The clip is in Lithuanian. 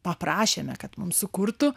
paprašėme kad mums sukurtų